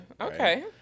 okay